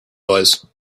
noise